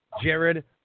Jared